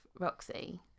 roxy